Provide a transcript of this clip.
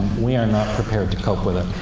we are not prepared to cope with it.